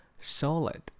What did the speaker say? Solid